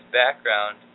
background